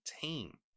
team